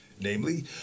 Namely